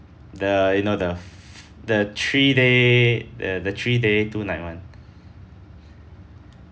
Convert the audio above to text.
the you know the the three day uh the three day two night one